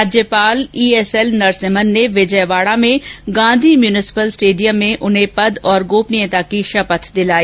राज्यपाल ईएसएल नरसिम्हन ने विजयवाड़ा में गांधी म्यूनिसिपल स्टेडियम में उन्हें पद और गोपनीयता की शपथ दिलाई